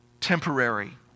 temporary